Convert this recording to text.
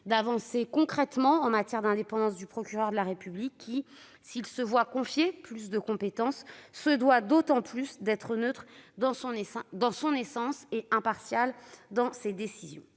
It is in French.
d'avancer concrètement en matière d'indépendance du procureur de la République : s'il se voit attribuer plus de compétences, il se doit d'autant plus d'être neutre dans son essence et impartial dans ses décisions.